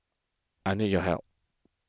I need your help